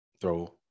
throw